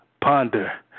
ponder